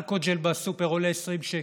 אלכוג'ל בסופר עולה 20 שקל.